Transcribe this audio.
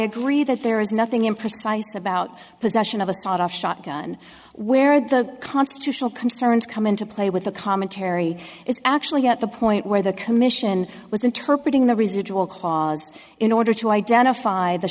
agree that there is nothing in precise about possession of a sawed off shotgun where the constitutional concerns come into play with the commentary it's actually at the point where the commission was interpreted in the residual cause in order to identify the